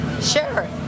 Sure